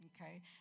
okay